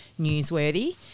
newsworthy